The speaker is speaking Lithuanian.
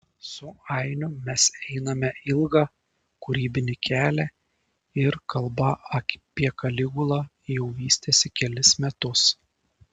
su ainiu mes einame ilgą kūrybinį kelią ir kalba apie kaligulą jau vystėsi kelis metus